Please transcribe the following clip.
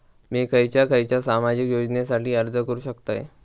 मी खयच्या खयच्या सामाजिक योजनेसाठी अर्ज करू शकतय?